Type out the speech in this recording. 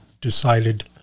decided